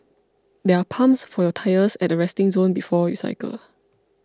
there are pumps for your tyres at the resting zone before you cycle